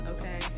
okay